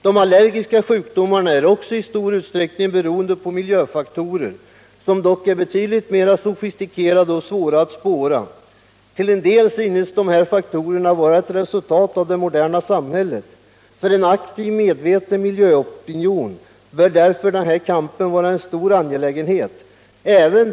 De allergiska sjukdomarna beror också i stor utsträckning på miljöfaktorer, som dock är betydligt mer sofistikerade och svåra att spåra. Till en del synes dessa faktorer vara ett resultat av det moderna samhället. För en aktiv och medveten miljöopinion bör därför den här kampen vara en stor angelägenhet.